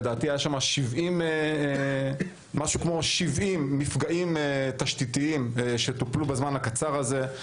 לדעתי היו שם כ-70 מפגעים תשתיתיים שטופלו בזמן הקצר הזה,